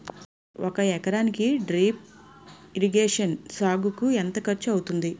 ఒక ఎకరానికి drip irrigation సాగుకు ఎంత ఖర్చు అవుతుంది?